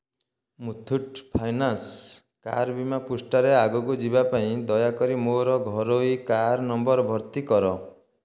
Muthoot Finance car ବୀମା ପୃଷ୍ଠାରେ ଆଗକୁ ଯିବା ପାଇଁ ଦୟାକରି ମୋର ଘରୋଇ କାର୍ ନମ୍ବର ଭର୍ତ୍ତି କର